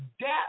death